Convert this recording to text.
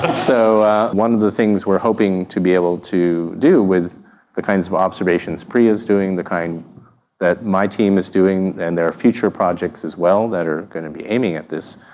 so one of the things we are hoping to be able to do with the kinds of observations priya is doing, the kind that my team is doing, and there are future projects as well that are going to be aiming at this,